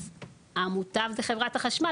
אז המוטב זה חברת החשמל.